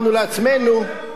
נכון,